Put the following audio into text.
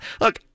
Look